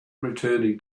returning